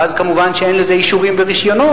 ואז כמובן אין לזה את אישורים ורשיונות,